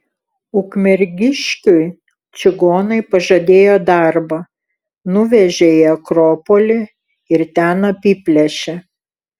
ukmergiškiui čigonai pažadėjo darbą nuvežė į akropolį ir ten apiplėšė